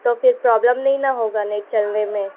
تو پھر پرابلم نہیں نہ ہوگا نہیں چلنے میں